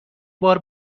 بار